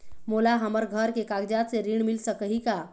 मोला हमर घर के कागजात से ऋण मिल सकही का?